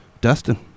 Dustin